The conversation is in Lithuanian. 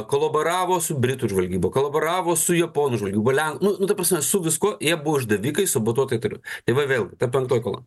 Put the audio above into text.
kolaboravo su britų žvalgyba kolaboravo su japonų žvalgyba le nu nu ta prasme su viskuo jie buvo išdavikai sabotuotojai ir taip toliau tai va vėl ta penktoji kolona